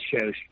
shows